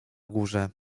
górze